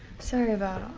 sorry about all.